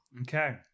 Okay